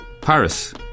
Paris